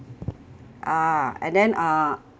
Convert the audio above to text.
ah and then ah